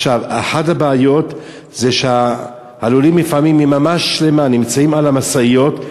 אחת הבעיות היא שהלולים לפעמים נמצאים יממה שלמה על המשאיות,